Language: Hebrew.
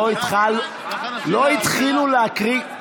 לא התחילו להקריא.